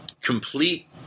complete